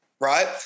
right